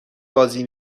بازی